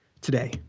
Today